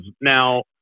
Now